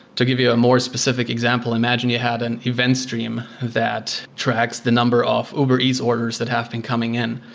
to give you a more specific example, imagine you had an event stream that tracks the number of uber eats orders that have been coming in.